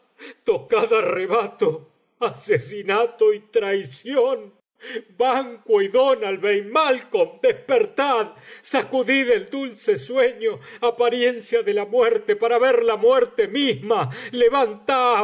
á rebato asesinato y traición banquo y donalbain malcolm despertad sacudid el dulce sueño apariencia de la muerte para ver la muerte misma levantaos